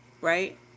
right